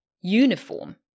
uniform